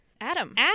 Adam